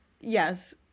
Yes